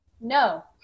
No